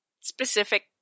specific